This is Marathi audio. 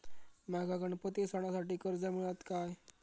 माका गणपती सणासाठी कर्ज मिळत काय?